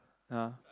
ya